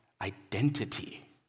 identity